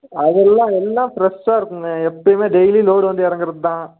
அதெல்லாம் எல்லாம் ஃப்ரெஷ்ஷாக இருக்குங்க எப்பையுமே டெய்லி லோட் வந்து இறங்குறது தான்